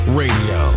radio